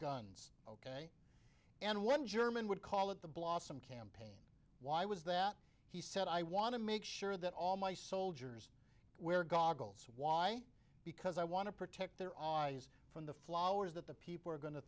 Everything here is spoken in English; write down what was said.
guns and one german would call it the blossom camp why was that he said i want to make sure that all my soldiers wear goggles why because i want to protect their eyes from the flowers that the people are going to